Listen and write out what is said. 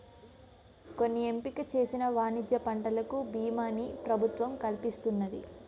కొన్ని ఎంపిక చేసిన వాణిజ్య పంటలకు భీమాని ప్రభుత్వం కల్పిస్తున్నది